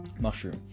mushroom